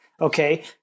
Okay